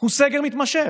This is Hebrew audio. הוא סגר מתמשך.